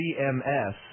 CMS